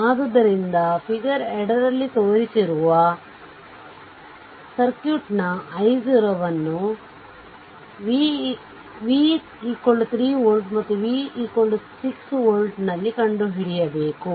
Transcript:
ಆದ್ದರಿಂದ ಫಿಗರ್ 2 ರಲ್ಲಿ ತೋರಿಸಿರುವ ಸರ್ಕ್ಯೂಟ್ ನ i0 ನ್ನು v 3 ವೋಲ್ಟ್ ಮತ್ತು v 6 ವೋಲ್ಟ್ ನಲ್ಲಿ ಕಂಡುಹಿಡಿಯಬೇಕು